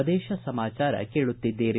ಪ್ರದೇಶ ಸಮಾಚಾರ ಕೇಳುತ್ತಿದ್ದೀರಿ